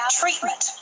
treatment